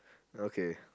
okay